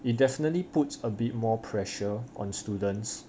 it definitely put a bit more pressure on students